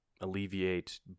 alleviate